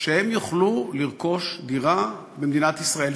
שהם יוכלו לרכוש דירה במדינת ישראל,